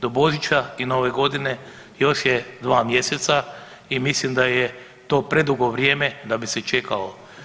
Do Božića i Nove godine još je 2 mjeseca i mislim da je to predugo vrijeme da bi se čekalo.